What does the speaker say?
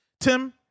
Tim